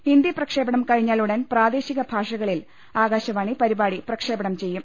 ഹിന്ദി പ്രക്ഷേ പണം കഴിഞ്ഞാൽ ഉടൻ പ്രാദേശിക ഭാഷകളിൽ ആകാശവാണി പരി പാടി പ്രക്ഷേപണം ചെയ്യും